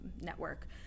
network